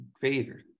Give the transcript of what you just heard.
Vader